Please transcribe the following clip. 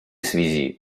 связи